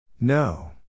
No